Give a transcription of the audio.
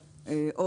צו?